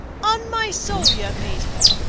on my soul, y'amaze me!